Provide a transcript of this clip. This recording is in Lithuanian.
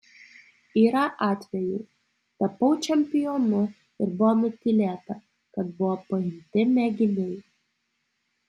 yra atvejų tapau čempionu ir buvo nutylėta kad buvo paimti mėginiai